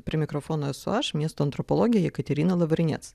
prie mikrofono esu aš miesto antropologė jekaterina lavrinec